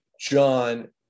John